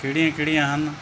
ਕਿਹੜੀਆਂ ਕਿਹੜੀਆਂ ਹਨ